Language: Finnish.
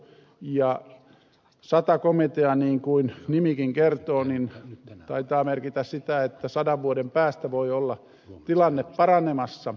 ja sata komitea niin kuin nimikin kertoo taitaa merkitä sitä että sadan vuoden päästä voi olla tilanne paranemassa